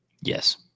Yes